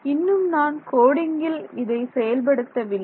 இன்னும் நான் கோடிங்கில் இதை செயல்படுத்த வில்லை